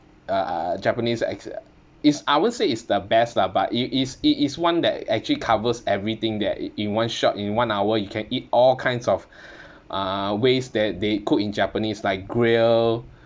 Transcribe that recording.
uh japanese ex~ is I won't say is the best lah but it is it is one that actually covers everything that in in one shot in one hour you can eat all kinds of uh ways that they cook in japanese like grill